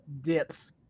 dips